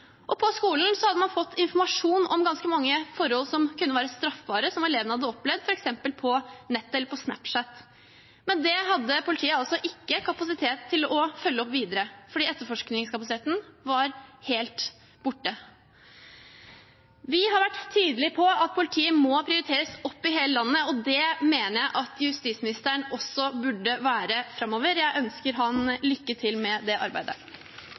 der. På skolen hadde man fått informasjon om ganske mange forhold som kunne være straffbare som elevene hadde opplevd f.eks. på nettet eller på Snapchat. Men det hadde ikke politiet kapasitet til å følge opp videre fordi etterforskningskapasiteten var helt borte. Vi har vært tydelige på at politiet må prioriteres opp i hele landet, og det mener jeg at justisministeren også burde være framover. Jeg ønsker ham lykke til med det arbeidet!